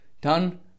done